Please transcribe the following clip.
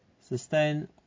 sustain